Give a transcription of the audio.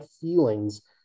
feelings